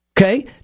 Okay